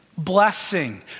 Blessing